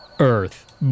Earth